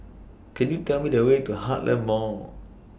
Can YOU Tell Me The Way to Heartland Mall